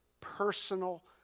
personal